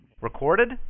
Recorded